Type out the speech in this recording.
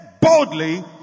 boldly